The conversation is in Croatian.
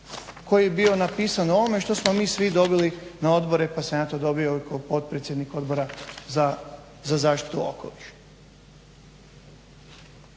koji je bio napisan u ovome što smo mi svi dobili na odbore, pa sam ja to dobio kao potpredsjednik Odbora za zaštitu okoliša.